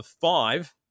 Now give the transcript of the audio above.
five